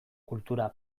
kultura